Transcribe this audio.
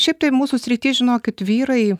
šiaip tai mūsų srity žinokit vyrai